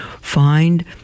Find